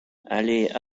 allées